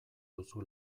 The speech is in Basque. duzu